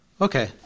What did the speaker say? Okay